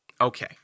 Okay